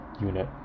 unit